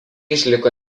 išliko